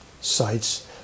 sites